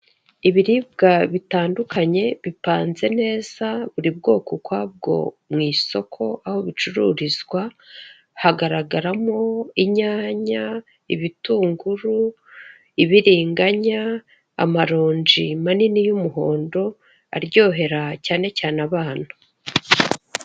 Ibiribwa bitandukanye bipanze neza buri bwoko ukwabwo mu isoko aho bicururizwa, hagaragaramo; inyanya, ibitunguru, ibiriganya, amaronji manini y'umuhondo aryohera cyane cyane abana.